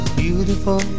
beautiful